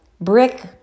brick